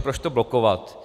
Proč to blokovat?